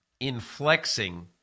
inflexing